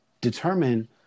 determine